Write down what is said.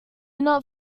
not